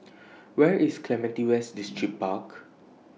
Where IS Clementi West Distripark